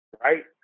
Right